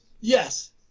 yes